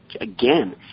again